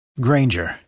granger